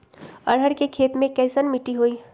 अरहर के खेती मे कैसन मिट्टी होइ?